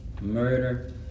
Murder